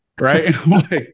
right